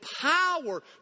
power